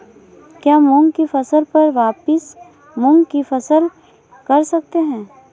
क्या मूंग की फसल पर वापिस मूंग की फसल कर सकते हैं?